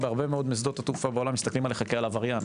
בהרבה מאוד משדות התעופה בעולם מסתכלים עליך כאל עבריין.